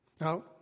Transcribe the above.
Now